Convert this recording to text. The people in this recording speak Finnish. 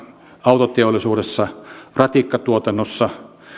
autoteollisuudessa ratikkatuotannossa